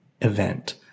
event